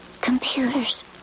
computers